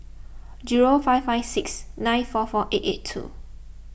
zero five five six nine four four eight eight two